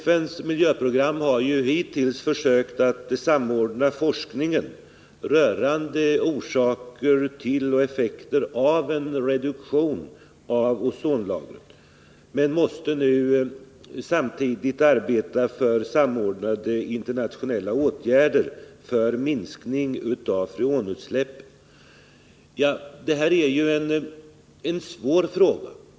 FN:s miljöprogram har hittills försökt samordna forskningen rörande orsaker till och effekter av en reduktion av ozonlagret, men måste nu samtidigt arbeta för samordnade internationella åtgärder för minskning av freonutsläppen. Detta är en svår fråga.